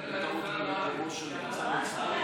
בצלאל סמוטריץ.